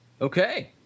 Okay